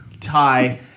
tie